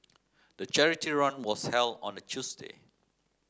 the charity run was held on a Tuesday